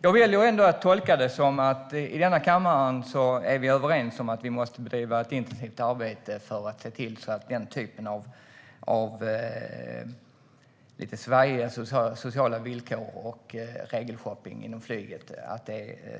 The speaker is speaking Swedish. Jag väljer ändå att tolka det som att vi i denna kammare är överens om att vi måste bedriva ett intensivt arbete för att se till att den typen av svajiga sociala villkor och regelshopping inom flyget